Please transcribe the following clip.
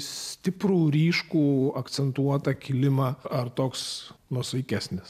stiprų ryškų akcentuotą kilimą ar toks nuosaikesnis